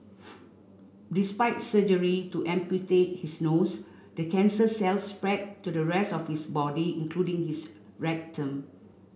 despite surgery to amputate his nose the cancer cells spread to the rest of his body including his rectum